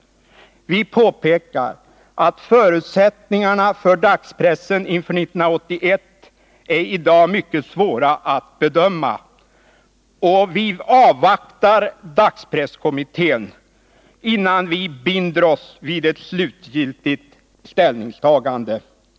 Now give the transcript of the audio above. Vi påpekar att förutsättningarna för dagspressen inför 1981 i dag är mycket svåra att bedöma, och vi avvaktar dagspresskommitténs resultat innan vi binder oss vid ett slutgiltigt ställningstagande.